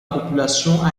population